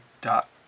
dot